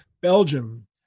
Belgium